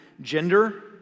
gender